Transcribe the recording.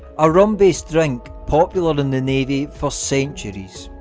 a rum based drink popular in the navy for centuries